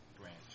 branch